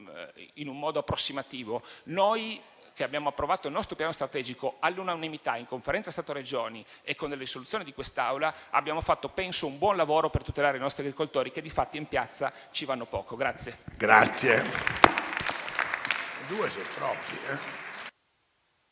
in un modo approssimativo. Noi che abbiamo approvato il nostro piano strategico all'unanimità, in Conferenza Stato-Regioni e con delle risoluzioni di quest'Aula, abbiamo fatto un buon lavoro per tutelare i nostri agricoltori che di fatto in piazza ci vanno poco.